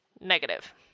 negative